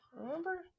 remember